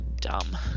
dumb